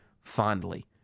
fondly